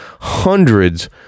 hundreds